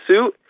suit